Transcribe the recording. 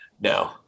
No